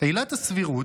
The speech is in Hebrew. "עילת הסבירות,